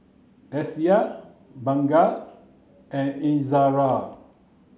Syah Bunga and Izzara